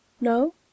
no